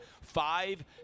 five